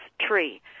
Tree